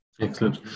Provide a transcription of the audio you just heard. Excellent